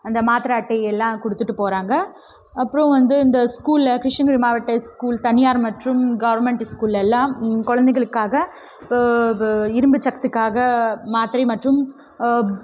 அந்த மாத்திரை அட்டையெல்லாம் கொடுத்துட்டு போகிறாங்க அப்புறோம் வந்து இந்த ஸ்கூலில் கிருஷ்ணகிரி மாவட்ட ஸ்கூல் தனியார் மற்றும் கவர்மெண்ட்டு ஸ்கூலில் எல்லாம் குழந்தைகளுக்காக இரும்புச்சத்துகாக மாத்திரை மற்றும்